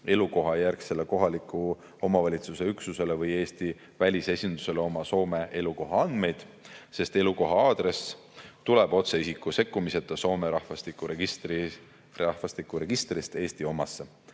elukohajärgsele kohaliku omavalitsuse üksusele või Eesti välisesindusele oma Soome elukoha andmeid, sest elukoha aadress tuleb otse, isiku sekkumiseta, Soome rahvastikuregistrist Eesti omasse.